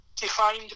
defined